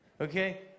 okay